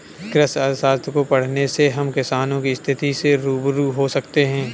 कृषि अर्थशास्त्र को पढ़ने से हम किसानों की स्थिति से रूबरू हो सकते हैं